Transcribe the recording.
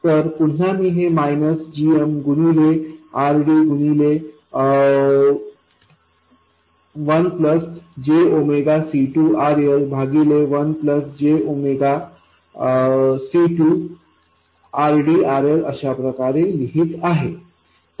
तर पुन्हा मी हे मायनस gmगुणिले RD गुणिले 1प्लस jC2RLभागिले 1प्लस jC2RDRL अशाप्रकारे लिहिले आहे